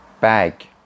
Bag